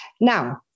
Now